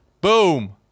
Boom